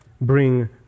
bring